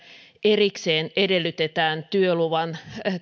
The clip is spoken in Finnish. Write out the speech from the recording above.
erikseen edellytetään